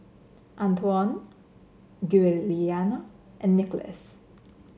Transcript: Antwon Giuliana and Nicholas